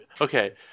okay